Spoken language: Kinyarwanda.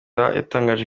yatangaje